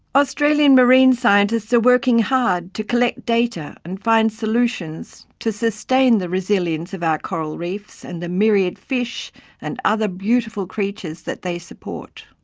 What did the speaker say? australian marine scientists are working hard to collect data and find solutions to sustain the resilience of our coral reefs and the myriad fish and other beautiful creatures they support.